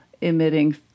emitting